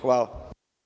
Hvala.